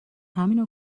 همینو